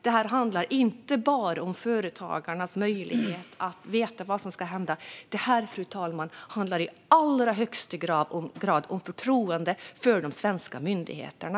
Det här handlar inte bara om företagarnas möjlighet att veta vad som ska hända. Det här, fru talman, handlar i allra högsta grad om förtroendet för de svenska myndigheterna.